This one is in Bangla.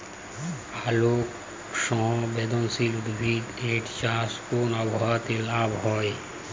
আলোক সংবেদশীল উদ্ভিদ এর চাষ কোন আবহাওয়াতে লাভবান হয়?